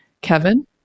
Kevin